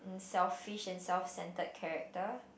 and selfish and self centered character